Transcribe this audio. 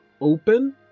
open